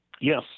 Yes